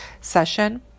session